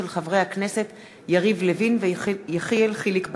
של חברי הכנסת יריב לוין ויחיאל חיליק בר,